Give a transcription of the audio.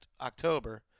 October